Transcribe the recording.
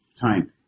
time